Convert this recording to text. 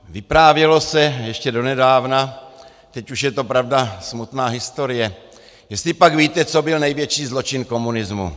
Vyprávělo se ještě do nedávna, teď už je to pravda smutná historie jestlipak víte, co byl největší zločin komunismu?